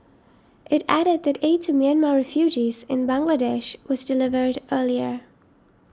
it added that aid to Myanmar refugees in Bangladesh was delivered earlier